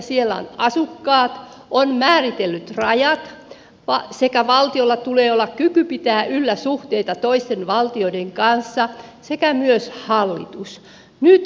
siellä on asukkaat on määritellyt rajat sekä valtiolla tulee olla kyky pitää yllä suhteita toisten valtioiden kanssa sekä myös hallitus